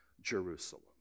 Jerusalem